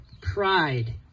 pride